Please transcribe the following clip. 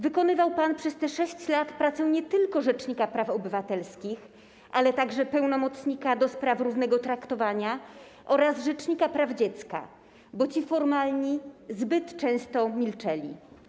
Wykonywał pan przez te 6 lat pracę nie tylko rzecznika praw obywatelskich, ale także pełnomocnika ds. równego traktowania oraz rzecznika praw dziecka, bo ci formalni zbyt często milczeli.